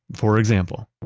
for example,